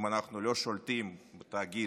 אם אנחנו לא שולטים בתאגיד,